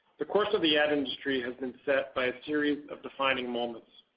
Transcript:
the course of the ad industry has been set by a series of defining moments.